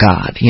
God